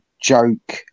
joke